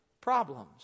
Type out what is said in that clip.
problems